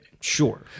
sure